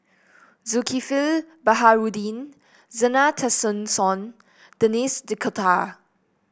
Zulkifli Baharudin Zena Tessensohn Denis D'Cotta